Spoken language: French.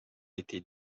été